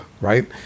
Right